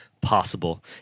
possible